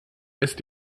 ist